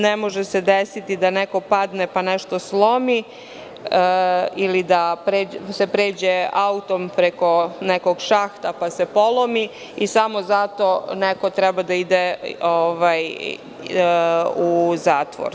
Ne može se desiti da neko padne pa nešto slomi ili da se pređe autom preko nekog šahta pa se polomi i samo zato neko treba da ide u zatvor.